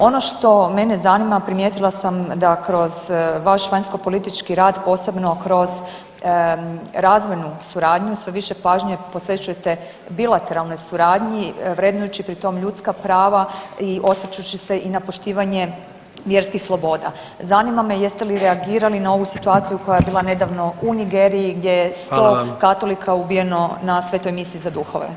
Ono što mene zanima, a primijetila sam da kroz vaš vanjskopolitički rad, posebno kroz razvojnu suradnju sve više pažnje posvećujete bilateralnoj suradnji vrednujući pri tom ljudska prava i osvrćući se i na poštivanje vjerskih sloboda, zanima me jeste li reagirali na ovu situaciju koja je bila nedavno u Nigeriji gdje je 100 katolika ubijeno na svetoj misi za duhove?